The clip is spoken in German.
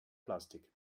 plastik